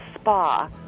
spa